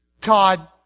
Todd